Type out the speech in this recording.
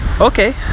okay